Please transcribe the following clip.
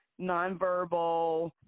nonverbal